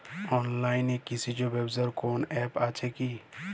অনলাইনে কৃষিজ ব্যবসার কোন আ্যপ আছে কি?